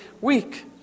week